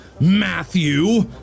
Matthew